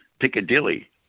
Piccadilly